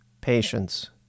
Patience